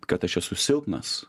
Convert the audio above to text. kad aš esu silpnas